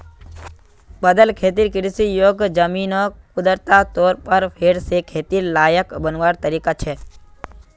बदल खेतिर कृषि योग्य ज़मीनोक कुदरती तौर पर फेर से खेतिर लायक बनवार तरीका छे